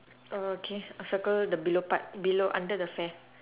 oh okay circle the below part below under the fair